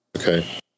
Okay